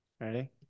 Ready